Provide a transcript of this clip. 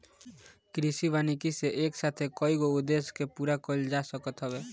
कृषि वानिकी से एक साथे कईगो उद्देश्य के पूरा कईल जा सकत हवे